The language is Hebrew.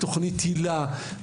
בתכנית היל"ה,